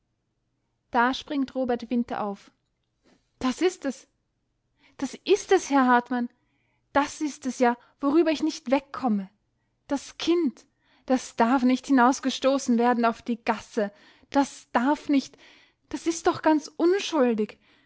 da springt robert winter auf das ist es das ist es herr hartmann das ist es ja worüber ich nicht wegkomme das kind das darf nicht hinausgestoßen werden auf die gasse das darf nicht das ist doch ganz unschuldig